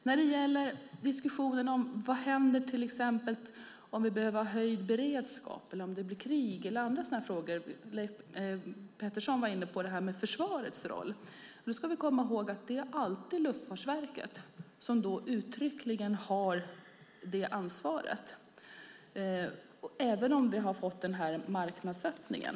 När det gäller diskussionen om vad som händer om vi till exempel behöver höjd beredskap, om det blir krig eller annat sådant var Leif Pettersson inne på försvarets roll. Vi ska komma ihåg att det alltid är Luftfartsverket som uttryckligen har det ansvaret även om vi har fått den här marknadsöppningen.